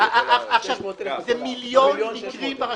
זה מיליון מקרים ברשויות.